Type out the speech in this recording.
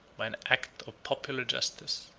by an act of popular justice.